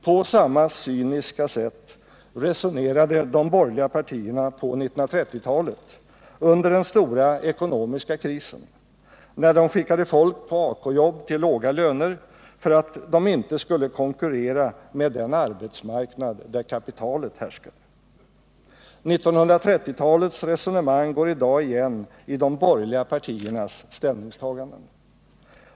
På samma cyniska sätt resonerade de borgerliga partierna på 1930-talet, under den stora ekonomiska krisen, när de skickade folk på AK-jobb till låga löner för att de inte skulle konkurrera med den arbetsmarknad där kapitalet härskade. 1930-talets resonemang går i dag igen i de borgerliga partiernas ställningstaganden.